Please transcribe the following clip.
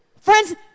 Friends